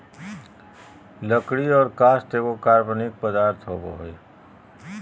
लकड़ी और काष्ठ एगो कार्बनिक पदार्थ होबय हइ